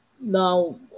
now